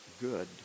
good